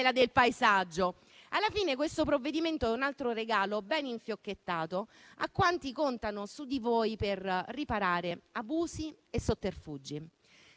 del paesaggio. Alla fine questo provvedimento è un altro regalo ben infiocchettato a quanti contano su di voi per riparare abusi e sotterfugi.